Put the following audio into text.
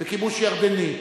וכיבוש ירדני,